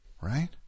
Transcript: Right